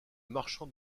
marchand